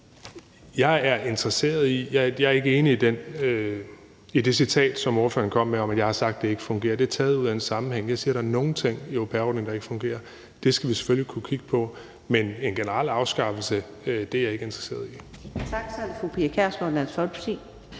uden for EU. Jeg er ikke enig i det citat, som ordføreren kom med, om, at jeg har sagt, at det ikke fungerer. Det er taget ud af en sammenhæng. Jeg siger, at der er nogle ting ved au pair-ordningen, der ikke fungerer, og det skal vi selvfølgelig kunne kigge på. Men en generel afskaffelse er jeg ikke interesseret i.